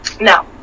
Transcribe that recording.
No